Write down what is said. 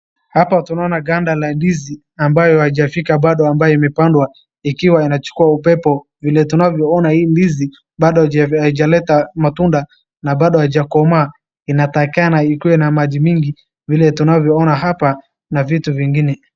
Hapa tunaona nganda la ndizi ambayo haijafika bado ambayo imepandwa ikiwa inachukua upepe. Vile tunavyoona hii ndizi bado haijaleta matunda na bado haijakomaa. Inatakikana ikuwe na maji mingi vile tunavyoona hapa na vitu vingine.